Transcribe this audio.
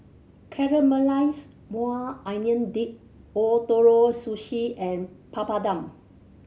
Caramelized Maui Onion Dip Ootoro Sushi and Papadum